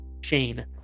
Shane